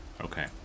Okay